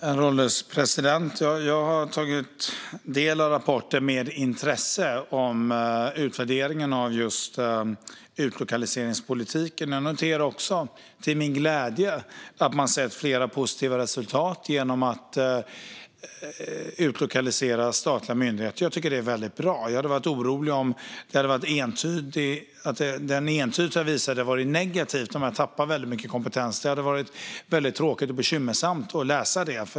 Herr ålderspresident! Jag har med intresse tagit del av rapporten om utvärderingen av just utlokaliseringspolitiken. Jag noterar också till min glädje att man har sett flera positiva resultat genom att utlokalisera statliga myndigheter. Det är väldigt bra. Jag hade varit orolig om den entydigt hade visat att det varit negativt och att man tappat väldigt mycket kompetens. Det hade varit väldigt tråkigt och bekymmersamt att läsa det.